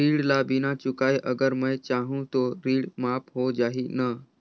ऋण ला बिना चुकाय अगर मै जाहूं तो ऋण माफ हो जाही न?